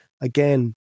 Again